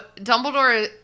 Dumbledore